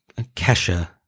Kesha